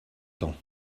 temps